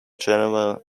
general